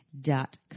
dot